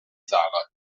sala